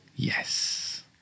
Yes